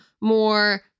more